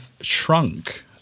shrunk